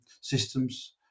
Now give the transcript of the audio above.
systems